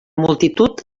multitud